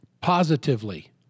positively